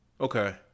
Okay